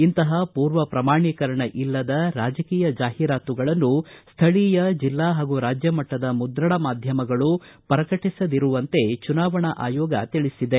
ಇಂತಹ ಮೂರ್ವ ಪ್ರಮಾಣೀಕರಣ ಇಲ್ಲದ ರಾಜಕೀಯ ಜಾಹೀರಾತುಗಳನ್ನು ಸ್ಥಳೀಯ ಜಿಲ್ಲಾ ಹಾಗೂ ರಾಜ್ಯಮಟ್ಟದ ಮುದ್ರಣ ಮಾಧ್ಯಮಗಳು ಪ್ರಕಟಿಸದಿರುವಂತೆ ಚುನಾವಣಾ ಆಯೋಗ ತಿಳಿಸಿದೆ